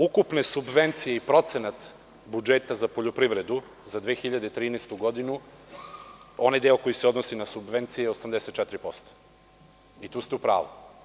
Ukupne subvencije i procenat budžeta za poljoprivredu za 2013. godinu, deo koji se odnosi na subvencije je 84% i tu ste u pravu.